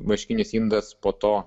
vaškinis indas po to